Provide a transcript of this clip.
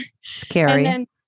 Scary